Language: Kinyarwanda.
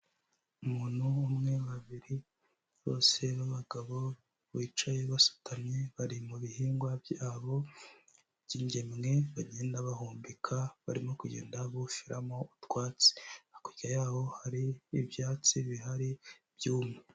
Umuntu umwe babiri, bose b'abagabo bicaye basutamye, bari mu bihingwa byabo by'ingemwe bagenda bahumbika, barimo kugenda bufiramo utwatsi. Hakurya yaho hari ibyatsi bihari byumye.